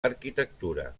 arquitectura